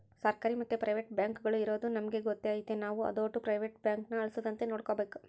ಸರ್ಕಾರಿ ಮತ್ತೆ ಪ್ರೈವೇಟ್ ಬ್ಯಾಂಕುಗುಳು ಇರದು ನಮಿಗೆ ಗೊತ್ತೇ ಐತೆ ನಾವು ಅದೋಟು ಪ್ರೈವೇಟ್ ಬ್ಯಾಂಕುನ ಅಳಿಸದಂತೆ ನೋಡಿಕಾಬೇಕು